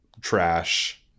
trash